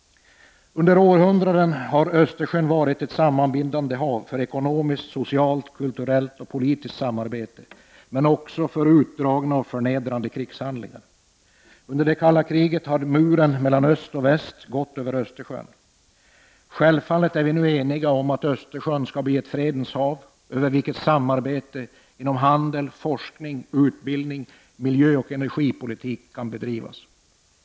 Under århundraden har Östersjön varit ett sammanbindande hav för ekonomiskt, socialt, kulturellt och politiskt samarbete men också för utdragna och förnedrande krigshandlingar. Under det kalla kriget har muren mellan öst och väst gått över Östersjön. Självfallet är vi eniga om att Östersjön skall bli ett fredens hav, över vilket samarbete inom handel, forskning, utbildning, miljöoch energipolitik kan bedrivas.